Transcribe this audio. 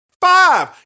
Five